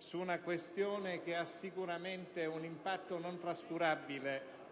e che sicuramente ha un impatto non trascurabile